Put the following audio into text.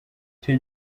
icyo